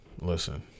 listen